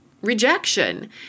rejection